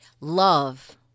love